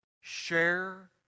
share